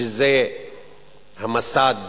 שזה המסד